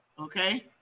Okay